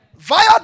Via